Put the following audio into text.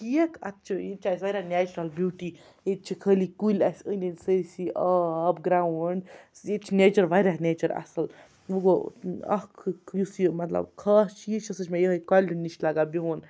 ٹھیٖک اَتھ چھُ ییٚتہِ چھِ اَسہِ واریاہ نیچرَل بیوٗٹی ییٚتہِ چھِ خٲلی کُلۍ اَسہِ أنٛدۍ أنٛدۍ سٲرۍسٕے آب گرٛاوُنٛڈ سُہ ییٚتہِ چھِ نیچَر واریاہ نیچَر اَصٕل وۄنۍ گوٚو اَکھ یُس یہِ مطلب خاص چیٖز چھُ سُہ چھِ مےٚ یِہوٚے کۄلہِ نِش لَگان بِہُن